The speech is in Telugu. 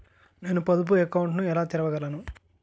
నేను పొదుపు అకౌంట్ను ఎలా తెరవగలను?